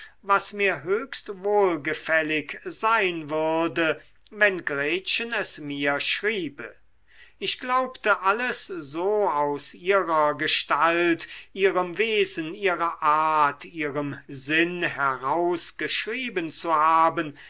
was mir höchst wohlgefällig sein würde wenn gretchen es mir schriebe ich glaubte alles so aus ihrer gestalt ihrem wesen ihrer art ihrem sinn heraus geschrieben zu haben